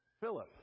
Philip